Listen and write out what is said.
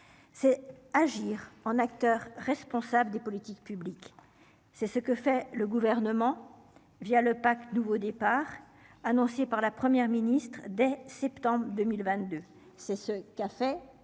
C'est agir en acteur responsable des politiques publiques. C'est ce que fait le gouvernement via le Pack nouveau départ annoncé par la Première ministre dès septembre 2022.